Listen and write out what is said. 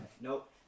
Nope